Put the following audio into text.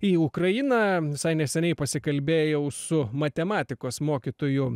į ukrainą visai neseniai pasikalbėjau su matematikos mokytoju